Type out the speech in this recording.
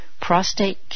prostate